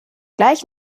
gleich